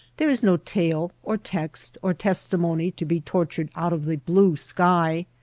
there is no tale or text or testimony to be tort ured out of the blue sky.